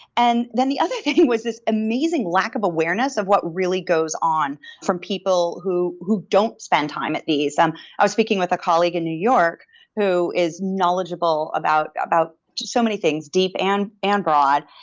and then the other thing was this amazing lack of awareness of what really goes on from people who who don't spend time at these. um i was speaking with a colleague in new york who is knowledgeable about about so many things, deep and and broad,